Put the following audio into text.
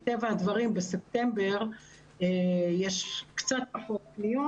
מטבע הדברים בספטמבר יש קצת פחות פניות